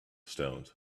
stones